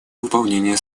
выполнении